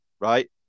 Right